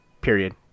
period